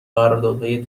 قراردادهای